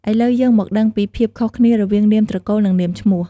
ឥឡូវយើងមកដឹងពីភាពខុសគ្នារវាង នាមត្រកូល និង នាមឈ្មោះ។